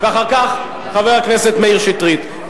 ואחר כך חבר הכנסת מאיר שטרית.